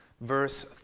verse